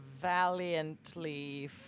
valiantly